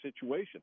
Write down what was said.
situation